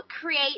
create